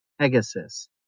Pegasus